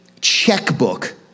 checkbook